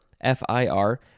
F-I-R